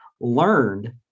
learned